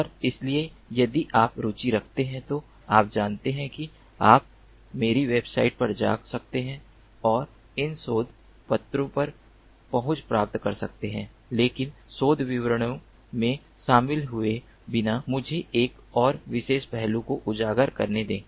और इसलिए यदि आप रुचि रखते हैं तो आप जानते हैं कि आप मेरी वेबसाइट पर जा सकते हैं और इन शोध पत्रों तक पहुँच प्राप्त कर सकते हैं लेकिन शोध विवरणों में शामिल हुए बिना मुझे एक और विशेष पहलू को उजागर करने दें